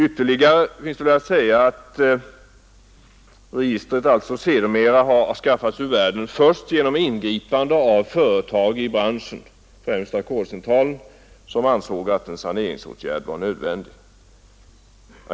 Ytterligare är väl att säga att registret sedermera har skaffats ur världen, närmast genom ingripande av företag i branschen, främst Ackordscentralen, som ansåg att en saneringsåtgärd var nödvändig.